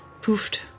poofed